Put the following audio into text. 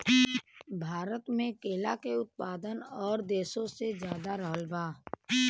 भारत मे केला के उत्पादन और देशो से ज्यादा रहल बा